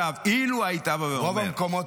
אילו היית בא ואומר -- רוב המקומות,